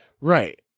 Right